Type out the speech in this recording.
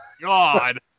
God